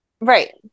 Right